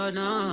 no